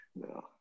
No